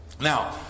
Now